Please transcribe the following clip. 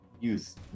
use